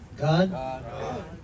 God